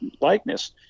likeness